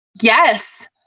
yes